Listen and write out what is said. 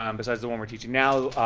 um besides the one we're teaching now,